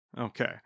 Okay